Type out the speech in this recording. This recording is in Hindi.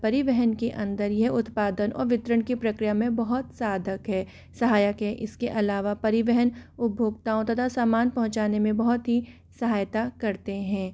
परिवहन के अंदर यह उत्पादन और वितरण की प्रक्रिया में बहुत साधक है सहायक है इसके अलावा परिवहन उपभोक्ताओं तथा सामान पहुँचाने में बहुत ही सहायता करते हैं